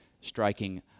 striking